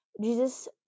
Jesus